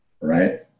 Right